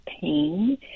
pain